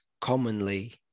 commonly